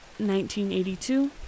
1982